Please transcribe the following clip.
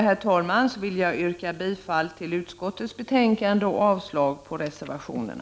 Med det anförda vill jag yrka bifall till hemställan i utskottets betänkande och avslag på reservationerna.